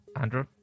Andrew